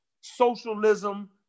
socialism